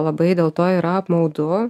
labai dėl to yra apmaudu